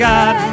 God